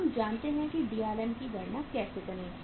हम जानते हैं कि DRM की गणना कैसे करें